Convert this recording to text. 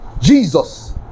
Jesus